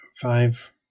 five